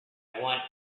want